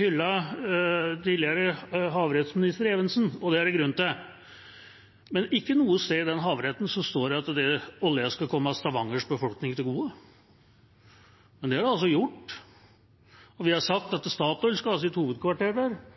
hyllet tidligere havrettsminister Evensen. Det er det grunn til, men ikke noe sted i den havretten står det at oljen skal komme Stavangers befolkning til gode. Men det har den altså gjort. Vi har sagt at Statoil skal ha sitt hovedkvarter der.